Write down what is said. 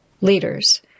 leaders